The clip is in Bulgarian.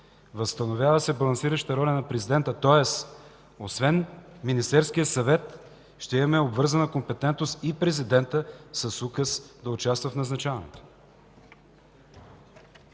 възстановява се балансиращата роля на президента, тоест освен Министерския съвет ще имаме обвързана компетентност и президентът с указ да участва в назначаването.